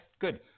Good